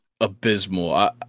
abysmal